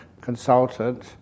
consultant